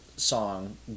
song